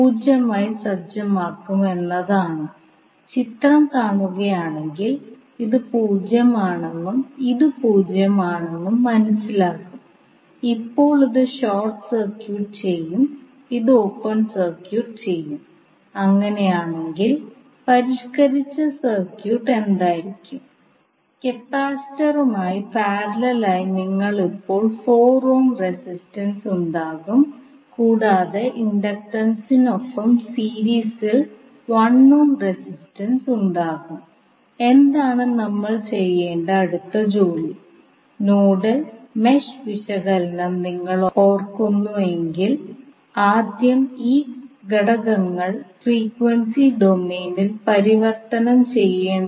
മുകളിലുള്ള സമവാക്യത്തിൽ ഇത് മാറ്റി സ്ഥാപിച്ച് നമുക്ക് ഇതുപോലെ ലഭിക്കും ഇത് ലളിതമാക്കുന്നതിലൂടെ നമുക്ക് ഇങ്ങനെ ലഭിക്കും ഈ 2 നോഡൽ സമവാക്യങ്ങൾ നമുക്ക് ഒരു മാട്രിക്സ് രൂപത്തിൽ പ്രകടിപ്പിക്കാൻ കഴിയും ഇപ്പോൾ നമ്മൾ ഈ 2 സമവാക്യങ്ങളും മാട്രിക്സ് രൂപത്തിൽ സമാഹരിച്ചിരിക്കുന്നു